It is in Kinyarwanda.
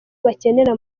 bakenera